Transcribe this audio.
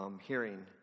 hearing